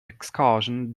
excursion